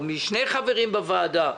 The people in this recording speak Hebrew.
או משני חברים בוועדה,